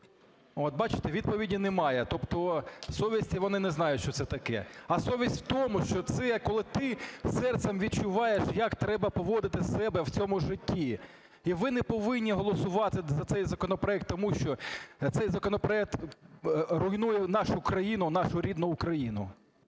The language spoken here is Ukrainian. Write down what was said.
От бачите, відповіді немає, тобто совість – вони не знають, що це таке. А совість в тому, що це, коли ти серцем відчуваєш як треба поводити себе в цьому житті. І ви не повинні голосувати за цей законопроект, тому що цей законопроект руйнує нашу країну, нашу рідну Україну.